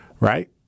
Right